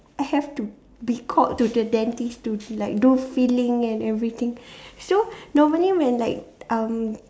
I have to be called to the dentist to like do filling and everything so normally when like um